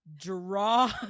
draw